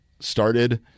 started